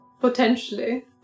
Potentially